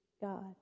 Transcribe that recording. God